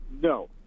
no